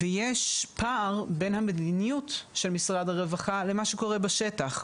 יש פער בין המדיניות של משרד הרווחה למה שקורה בשטח.